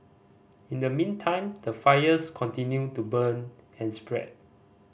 in the meantime the fires continue to burn and spread